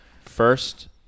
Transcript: First